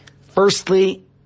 Firstly